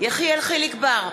יחיאל חיליק בר,